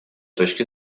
точки